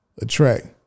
Attract